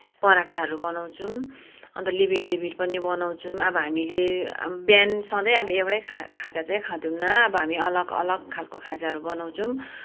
पराठाहरू बनाउँछौँ अन्त लिभिड लिभिड पनि बनाउँछौँ अब हामीले बिहान सधैँ अब एउटै खा खाजा चाहिँ खाँदैनौँ हामी अलग अलग खालको खाजाहरू बनाउँछौँ